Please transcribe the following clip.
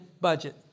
budget